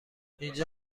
اینجا